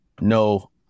no